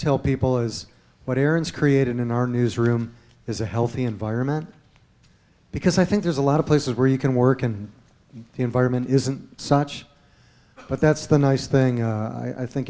tell people as what aaron's created in our news room is a healthy environment because i think there's a lot of places where you can work and the environment isn't such but that's the nice thing i think